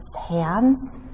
hands